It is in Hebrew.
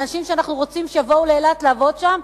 אנשים שאנחנו רוצים שיבואו לאילת לעבוד שם,